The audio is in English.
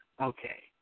Okay